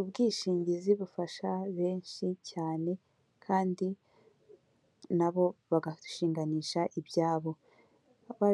Ubwishingizi bufasha benshi cyane kandi, nabo bagashinganisha ibyabo,